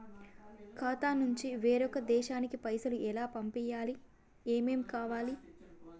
ఖాతా నుంచి వేరొక దేశానికి పైసలు ఎలా పంపియ్యాలి? ఏమేం కావాలి?